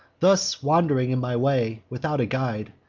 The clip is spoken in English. thus, wand'ring in my way, without a guide,